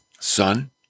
Son